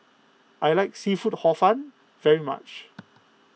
I like Seafood Hor Fun very much